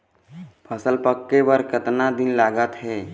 फसल पक्के बर कतना दिन लागत हे?